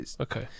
okay